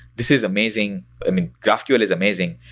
this is amazing. i mean, graphql is amazing,